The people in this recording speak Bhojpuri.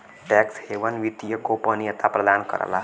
टैक्स हेवन वित्तीय गोपनीयता प्रदान करला